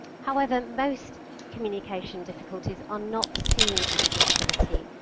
however, most communication difficulties are not seen as a disability,